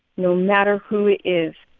no matter who it is,